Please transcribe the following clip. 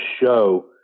show